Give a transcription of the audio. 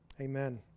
Amen